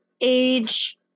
age